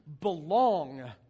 belong